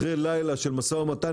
אחרי לילה של משא ומתן,